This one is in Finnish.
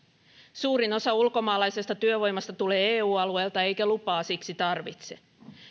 suurin osa ulkomaalaisesta työvoimasta tulee eu alueelta eikä lupaa siksi tarvitse